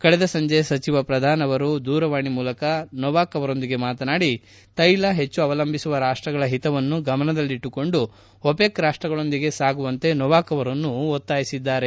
ಕಳೆದ ಸಂಜೆ ಸಚಿವ ಪ್ರಧಾನ್ ಅವರು ದೂರವಾಣಿ ಮೂಲಕ ನೋವಾಕ್ ಅವರೊಂದಿಗೆ ಮಾತನಾಡಿ ತೈಲ ಹೆಚ್ಚು ಅವಲಂಬಿಸಿರುವ ರಾಷ್ಷಗಳ ಹಿತವನ್ನು ಗಮನದಲ್ಲಿಟ್ಟುಕೊಂಡು ಓಪೆಕ್ ರಾಷ್ಷಗಳೊಂದಿಗೆ ಸಾಗುವಂತೆ ನೋವಾಕ್ ಅವರನ್ನು ಒತ್ತಾಯಿಸಿದ್ದಾರೆ